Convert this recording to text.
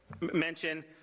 mention